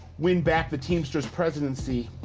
win back the teamster's presidency,